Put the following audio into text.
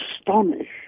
astonished